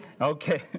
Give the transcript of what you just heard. Okay